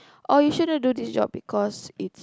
or you shouldn't do this job because it's